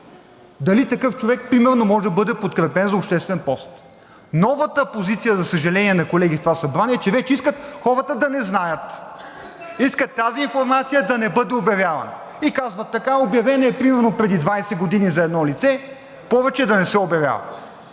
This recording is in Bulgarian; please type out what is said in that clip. дали такъв човек примерно може да бъде подкрепен за обществен пост. Новата позиция, за съжаление, на колеги в това събрание, е, че вече искат хората да не знаят, искат тази информация да не бъде обявявана и казват така: обявена е примерно преди 20 години за едно лице, повече да не се обявява.